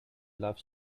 love